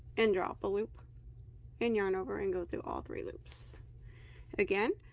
and draw up a loop and yarn over and go through all three loops again,